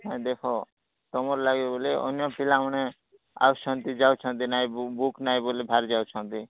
ହଁ ଦେଖ ତମର୍ ଲାଗି ବୋଲେ ଅନ୍ୟ ପିଲାମାନେ ଆସୁଛନ୍ତି ଯାଉଛନ୍ତି ନାଇଁ ବୁକ୍ ନାଇଁ ବୋଲି ବାହାରି ଯାଉଛନ୍ତି